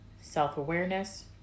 self-awareness